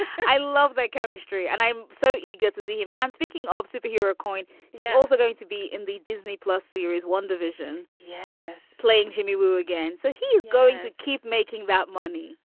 i love that chemistry. and i'm so eager to see him. and speaking of superheroine, he's also going to be in the disney plus series, one division. yes. playing jimmy wu again. so he's going to keep making that money